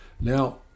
Now